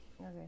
Okay